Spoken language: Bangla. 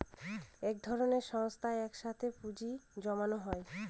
এক ধরনের সংস্থায় এক সাথে পুঁজি জমানো হয়